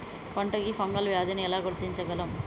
పంట కి ఫంగల్ వ్యాధి ని ఎలా గుర్తించగలం?